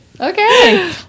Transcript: Okay